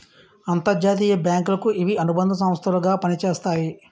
అంతర్జాతీయ బ్యాంకులకు ఇవి అనుబంధ సంస్థలు గా పనిచేస్తాయి